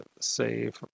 save